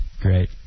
Great